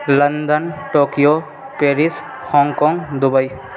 London Tokyo Paris Hong Kong Dubai